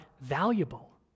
valuable